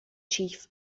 chief